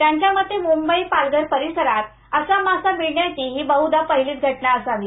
त्यांच्या मते मुंबईपालघर परिसरात असा मासा मिळण्याची ही बहधा पहिलीचं घटना असावी